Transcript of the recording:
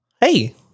hey